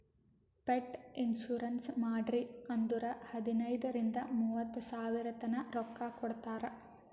pet insurance ಮಾಡ್ರಿ ಅಂದುರ್ ಹದನೈದ್ ರಿಂದ ಮೂವತ್ತ ಸಾವಿರತನಾ ರೊಕ್ಕಾ ಕೊಡ್ತಾರ್